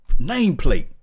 nameplate